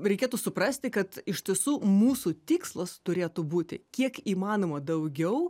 reikėtų suprasti kad iš tiesų mūsų tikslas turėtų būti kiek įmanoma daugiau